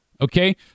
okay